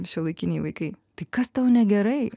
šiuolaikiniai vaikai tai kas tau negerai